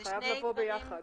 זה חייב לבוא ביחד.